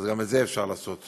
גם את זה אפשר לעשות.